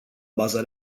baza